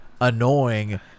annoying